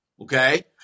Okay